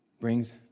brings